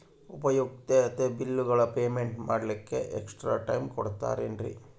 ಉಪಯುಕ್ತತೆ ಬಿಲ್ಲುಗಳ ಪೇಮೆಂಟ್ ಮಾಡ್ಲಿಕ್ಕೆ ಎಕ್ಸ್ಟ್ರಾ ಟೈಮ್ ಕೊಡ್ತೇರಾ ಏನ್ರಿ?